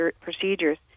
procedures